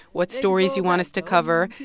what stories you want us to cover.